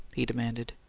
he demanded.